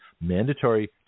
mandatory